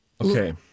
Okay